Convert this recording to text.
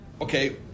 Okay